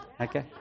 okay